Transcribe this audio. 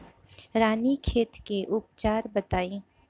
रानीखेत के उपचार बताई?